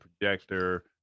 projector